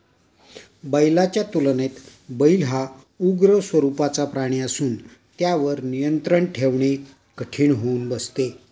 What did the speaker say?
बैलाच्या तुलनेत बैल हा उग्र स्वरूपाचा प्राणी असून त्यावर नियंत्रण ठेवणे कठीण होऊन बसते